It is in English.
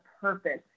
purpose